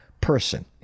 person